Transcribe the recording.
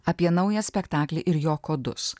apie naują spektaklį ir jo kodus